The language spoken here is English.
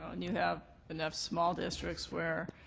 and you have enough small districts where,